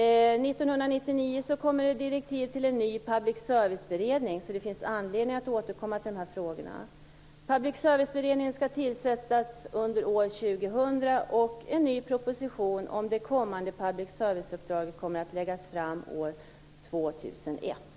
1999 kommer det direktiv till en ny public service-beredning, så det finns anledning att återkomma till de här frågorna. Public serviceberedningen skall tillsättas under år 2000, och en ny proposition om det kommande public serviceuppdraget kommer att läggas fram år 2001.